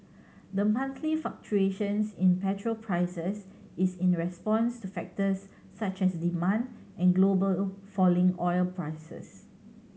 the monthly fluctuations in petrol prices is in response to factors such as demand and global falling oil prices